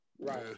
Right